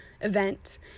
event